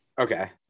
Okay